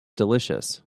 delicious